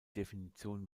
definition